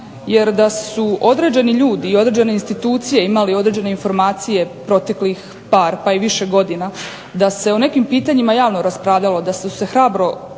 Jer da su određeni ljudi i određene institucije imali određene informacije proteklih par pa i više godina, da se o nekim pitanjima javno raspravljalo, da su se hrabro